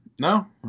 no